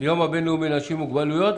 הבינלאומי לאנשים עם מוגבלויות,